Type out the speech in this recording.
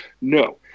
No